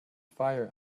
fire